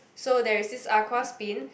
so there is this aqua spin